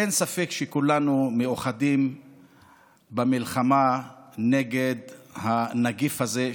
אין ספק שכולנו מאוחדים במלחמה נגד הנגיף הזה,